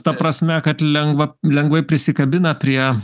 ta prasme kad lengva lengvai prisikabina prie